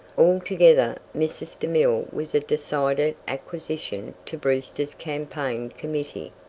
altogether mrs. demille was a decided acquisition to brewster's campaign committee.